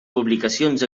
publicacions